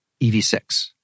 EV6